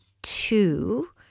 two